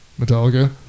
Metallica